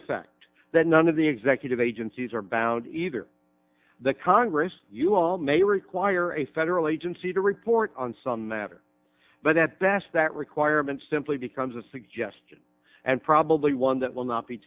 effect that none of the executive agencies are bound either the congress you all may require a federal agent see the report on some matter but that best that requirement simply becomes a suggestion and probably one that will not be